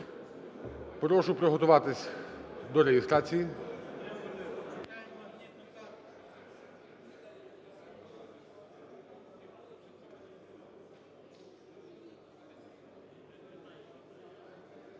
Прошу приготуватись до реєстрації.